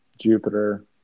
Jupiter